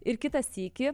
ir kitą sykį